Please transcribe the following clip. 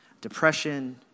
depression